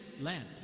land